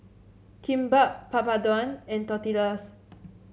Kimbap Papadum and Tortillas